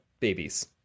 babies